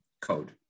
code